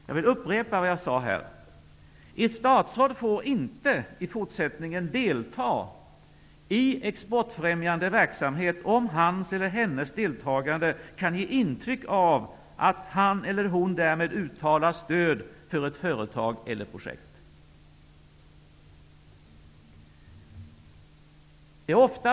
Jag vill upprepa detta: Ett statsråd får i fortsättningen inte delta i exportfrämjande verksamhet om hans eller hennes deltagande kan ge intryck av att han eller hon därmed uttalar stöd för ett företag eller projekt. Herr talman!